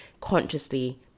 consciously